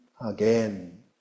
again